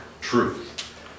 truth